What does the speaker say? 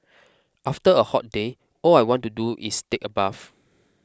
after a hot day all I want to do is take a bath